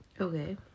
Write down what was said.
Okay